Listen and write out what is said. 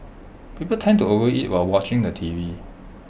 people tend to overeat while watching the T V